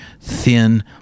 thin